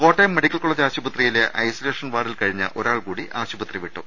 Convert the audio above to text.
Kottayam medical college ആശുപത്രിയിലെ isolation വാർഡിൽ കഴിഞ്ഞ ഒരാൾ കൂടി ആശുപത്രി വിട്ടു